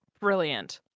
Brilliant